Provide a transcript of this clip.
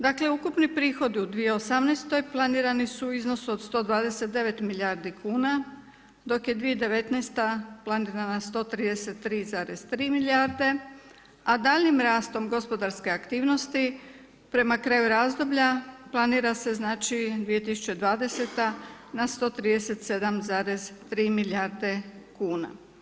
Dakle, ukupni prihodi u 2018. planirani su u iznosu od 129 milijardi kuna dok je 2019. planirana 133,3 milijarde a daljim rastom gospodarske aktivnosti prema kraju razdoblja planira se znači 2020. na 137,3 milijarde kuna.